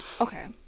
Okay